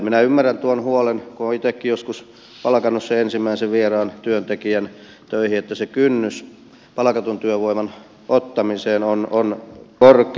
minä ymmärrän tuon huolen kun olen itsekin joskus palkannut sen ensimmäisen vieraan työntekijän töihin että se kynnys palkatun työvoiman ottamiseen on korkea